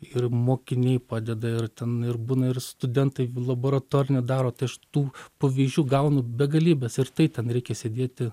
ir mokiniai padeda ir ten ir būna ir studentai laboratorinį daro tai aš tų pavyzdžių gaunu begalybes ir tai ten reikia sėdėti